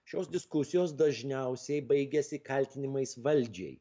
šios diskusijos dažniausiai baigiasi kaltinimais valdžiai